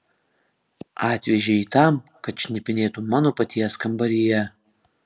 atvežei jį tam kad šnipinėtų mano paties kambaryje